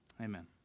Amen